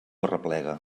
arreplega